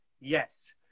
yes